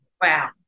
Wow